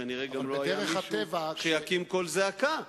וכנראה גם לא יהיה מישהו שיקים קול זעקה.